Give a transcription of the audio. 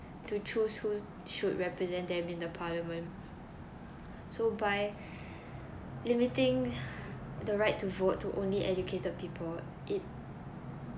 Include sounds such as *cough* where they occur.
to choose who should represent them in the parliament so by limiting *breath* the right to vote to only educated people it